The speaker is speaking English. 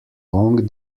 long